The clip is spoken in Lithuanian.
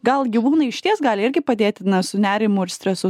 gal gyvūnai išties gali irgi padėti na su nerimu ir stresu